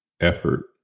effort